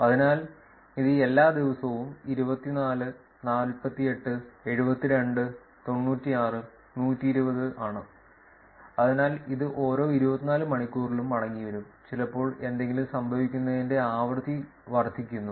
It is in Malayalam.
അതിനാൽ ഇത് എല്ലാ ദിവസവും 24 48 72 96 120 ആണ് അതിനാൽ ഇത് ഓരോ 24 മണിക്കൂറിലും മടങ്ങിവരും ചിലപ്പോൾ എന്തെങ്കിലും സംഭവിക്കുന്നതിന്റെ ആവൃത്തി വർദ്ധിക്കുന്നു